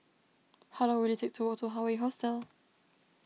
how long will it take to walk to Hawaii Hostel